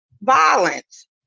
violence